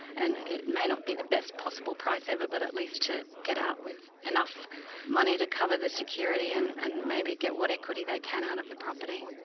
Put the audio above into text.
and it may not be the best possible price ever, but at least to get out with enough money to cover the security and and maybe get what equity they can out of the property.